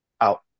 out